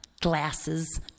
glasses